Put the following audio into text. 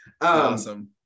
Awesome